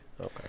Okay